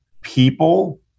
People